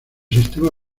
sistema